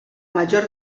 major